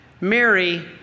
Mary